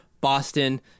Boston